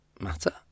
matter